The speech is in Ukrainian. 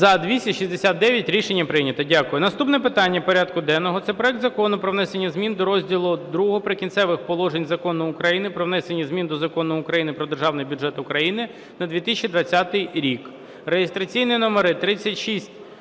За-269 Рішення прийнято. Дякую. Наступне питання порядку денного – це проект Закону про внесення змін до розділу ІІ "Прикінцеві положення" Закону України "Про внесення змін до Закону України "Про Державний бюджет України на 2020 рік" (реєстраційні номери 3692,